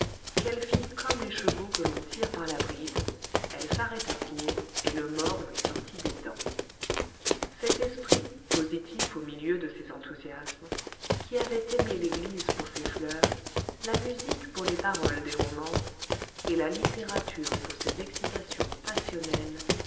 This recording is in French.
qu'elle fit comme les chevaux que l'on tire par la bride elle s'arrêta court et le mors lui sortit des dents cet esprit positif au milieu de ses enthousiasmes qui avait aimé l'église pour ses fleurs la musique pour les paroles des romances et la littérature pour ses excitations passionnelles